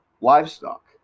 livestock